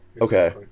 Okay